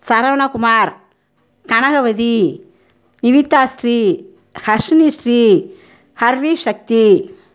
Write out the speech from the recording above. Saravanakumar Kanagavathi Vinithasri Harshinisri Harvishakthi